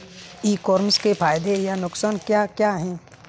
ई commerce के फायदे या नुकसान क्या क्या हैं?